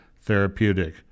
therapeutic